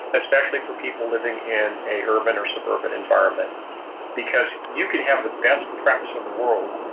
especially for people living in a urban or suburban environment because you can have the best preps in the world,